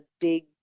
big